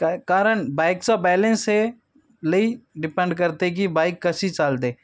काय कारण बाईकचा बॅलेन्स हे लई डिपेंड करते की बाईक कशी चालते